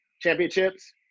championships